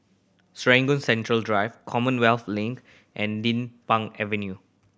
Serangoon Central Drive Commonwealth Link and Din Pang Avenue